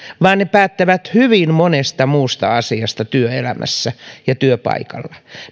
vaan ne päättävät hyvin monesta muustakin asiasta työelämässä ja työpaikalla